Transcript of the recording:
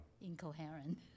incoherent